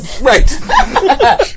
Right